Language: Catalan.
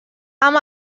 amb